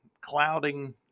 clouding